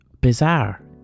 Bizarre